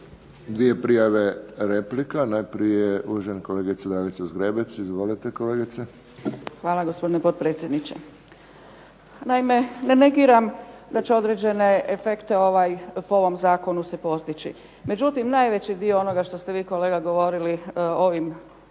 dvije prijave replika. Najprije uvažena kolegica Dragica Zgrebec. Izvolite kolegice. **Zgrebec, Dragica (SDP)** Hvala gospodine potpredsjedniče. Naime, ne negiram da će određeni efekti po ovom zakonu se postići. Međutim, najveći dio onoga što ste vi kolega govorili o ovim